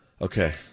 Okay